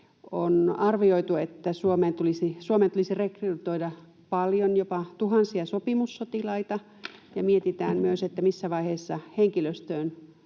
On arvioitu, että Suomen tulisi rekrytoida paljon, jopa tuhansia sopimussotilaita, ja mietitään myös, missä vaiheessa henkilöstöön